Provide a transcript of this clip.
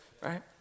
right